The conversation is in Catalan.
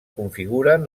configuren